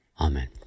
Amen